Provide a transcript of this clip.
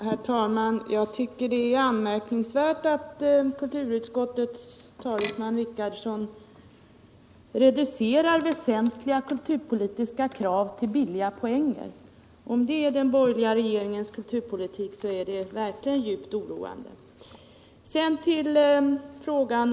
Herr talman! Jag tycker det är anmärkningsvärt att kulturutskottets talesman Gunnar Richardson reducerar väsentliga kulturpolitiska krav till billiga poär:ger. Om detta är den borgerliga regeringens kulturpolitik, så är det djupt oroande.